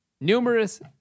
numerous